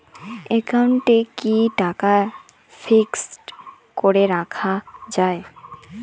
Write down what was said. একাউন্টে কি টাকা ফিক্সড করে রাখা যায়?